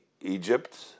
Egypt